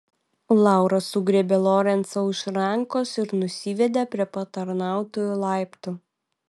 laura sugriebė lorencą už rankos ir nusivedė prie patarnautojų laiptų